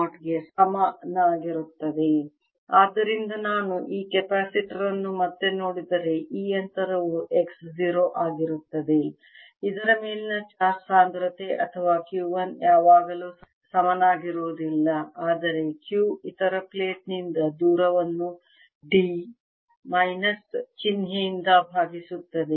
∫V1 ρ2 dV ∫V1surfaceσ1 dS∫ V2 ρ1 dV ∫ V2surfaceσ 1 dS ಆದ್ದರಿಂದ ನಾನು ಈ ಕೆಪಾಸಿಟರ್ ಅನ್ನು ಮತ್ತೆ ನೋಡಿದರೆ ಈ ಅಂತರವು x 0 ಆಗಿತ್ತು ಮತ್ತು ಇದರ ಮೇಲಿನ ಚಾರ್ಜ್ ಸಾಂದ್ರತೆ ಅಥವಾ Q 1 ಯಾವುದಕ್ಕೂ ಸಮನಾಗಿರುವುದಿಲ್ಲ ಆದರೆ Q ಇತರ ಪ್ಲೇಟ್ ನಿಂದ ದೂರವನ್ನು d ಮೈನಸ್ ಚಿಹ್ನೆಯಿಂದ ಭಾಗಿಸುತ್ತದೆ